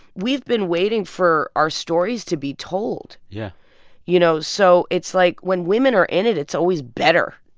we've been waiting for our stories to be told yeah you know, so it's like when women are in it, it's always better,